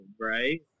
right